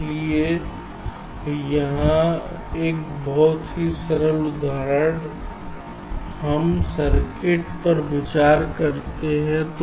इसलिए यहां एक बहुत ही सरल उदाहरण हम सर्किट पर विचार करते हैं